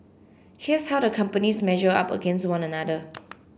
here's how the companies measure up against one another